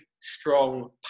strong